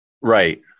Right